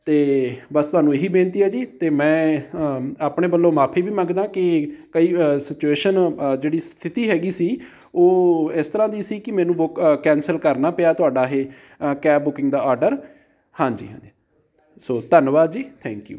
ਅਤੇ ਬਸ ਤੁਹਾਨੂੰ ਇਹੀ ਬੇਨਤੀ ਹੈ ਜੀ ਅਤੇ ਮੈਂ ਆਪਣੇ ਵੱਲੋਂ ਮਾਫੀ ਵੀ ਮੰਗਦਾ ਕਿ ਕਈ ਸਿਚੁਏਸ਼ਨ ਜਿਹੜੀ ਸਥਿਤੀ ਹੈਗੀ ਸੀ ਉਹ ਇਸ ਤਰ੍ਹਾਂ ਦੀ ਸੀ ਕਿ ਮੈਨੂੰ ਬੁਕ ਕੈਂਸਲ ਕਰਨਾ ਪਿਆ ਤੁਹਾਡਾ ਇਹ ਕੈਬ ਬੁਕਿੰਗ ਦਾ ਆਡਰ ਹਾਂਜੀ ਹਾਂਜੀ ਸੋ ਧੰਨਵਾਦ ਜੀ ਥੈਂਕ ਯੂ